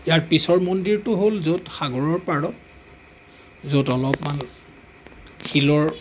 ইয়াৰ পিছৰ মন্দিৰটো হ'ল য'ত সাগৰৰ পাৰত য'ত অলপমান শিলৰ